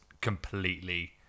completely